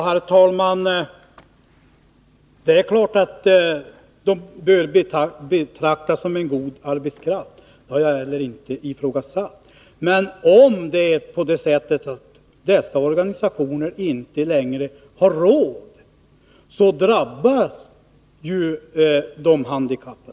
Herr talman! Det är klart att dessa personer bör betraktas som en god arbetskraft, och det har jag inte heller ifrågasatt. Men om dessa organisationer inte längre har råd, så drabbas ju de handikappade.